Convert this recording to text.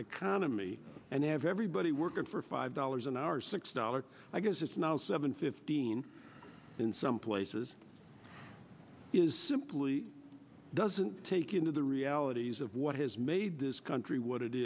economy and have everybody working for five dollars an hour six dollars i guess it's now seven fifteen in some places is simply doesn't take into the realities of what has made this country what it